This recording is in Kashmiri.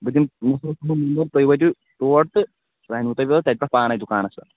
بہٕ دِمہٕ تُہۍ وٲتِو یور تہٕ سُہ انوٕ تۅہہِ تتہِ پیٚٹھٕ پانَے دُکانس تام